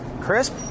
crisp